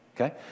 okay